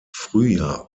frühjahr